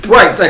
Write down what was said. Right